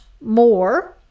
more